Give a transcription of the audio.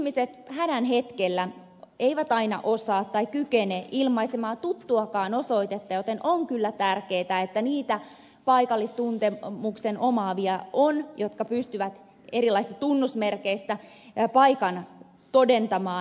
ihmiset hädän hetkellä eivät aina osaa ilmaista tai kykene ilmaisemaan tuttuakaan osoitetta joten on kyllä tärkeätä että niitä paikallistuntemuksen omaavia on jotka pystyvät erilaisista tunnusmerkeistä paikan todentamaan